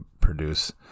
produce